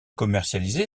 commercialisée